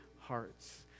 hearts